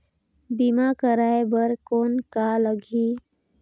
बीमा कराय बर कौन का लगही?